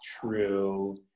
true